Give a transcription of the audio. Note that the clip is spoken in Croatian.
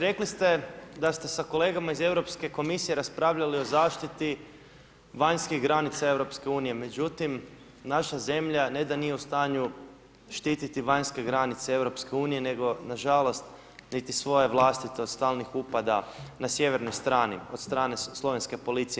Rekli ste da ste sa kolegama iz Europske komisije raspravljali o zaštiti vanjskih granica EU, međutim naša zemlja ne da nije u stanju štititi vanjske granice EU nego nažalost niti svoje vlastite od stalnih upada na sjevernoj strani od strane slovenske policije.